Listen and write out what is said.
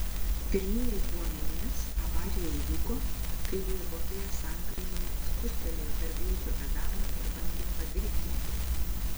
pirminiais duomenimis avarija įvyko kai vairuotojas sankryžoje spustelėjo per greičio pedalą ir bandė padriftinti